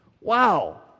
Wow